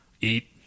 Eat